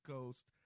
Coast